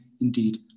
indeed